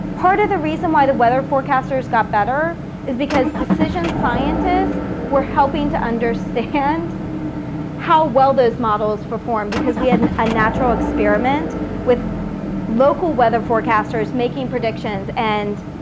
part of the reason why the weather forecasters got better is because decision scientists were helping to understand how well those models performed, because we had and a natural experiment with local weather forecasters making predictions, and,